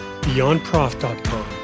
beyondprof.com